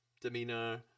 demeanor